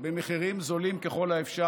במחירים נמוכים ככל האפשר,